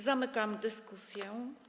Zamykam dyskusję.